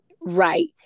Right